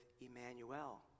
Emmanuel